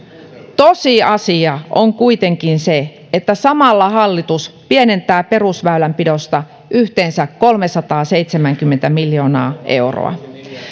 tosiasia on kuitenkin se että samalla hallitus pienentää perusväylänpidosta yhteensä kolmesataaseitsemänkymmentä miljoonaa euroa